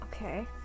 Okay